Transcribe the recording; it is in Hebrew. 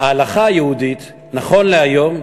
ההלכה היהודית נכון להיום,